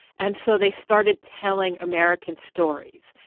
and so they started telling american stories.